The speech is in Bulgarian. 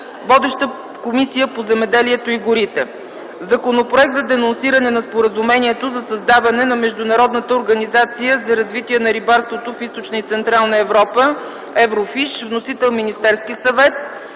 Водеща е Комисията по земеделието и горите. Законопроект за денонсиране на Споразумението за създаване на Международната организация за развитие на рибарството в Източна и Централна Европа (Еврофиш). Вносител е Министерският съвет.